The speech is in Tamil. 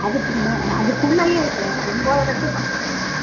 அதுக்கு மே அதுக்குள்ளேயே சார் ஒன்போதர டு பத்தரைக்குள்ள